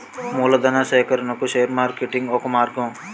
మూలధనా సేకరణకు share marketing ఒక మార్గం